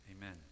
Amen